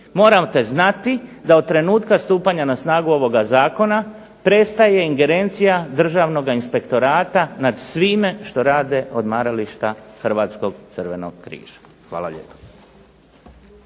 morate znati da od trenutka stupanja na snagu ovoga zakona prestaje ingerencija Državnoga inspektorata nad svime što rade odmarališta Hrvatskog crvenog križa. Hvala lijepo.